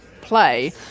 play